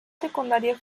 secundaria